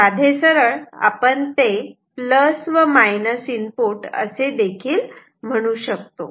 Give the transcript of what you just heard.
साधे सोपे आपण ते प्लस व मायनस इनपुट असे देखील म्हणू शकतो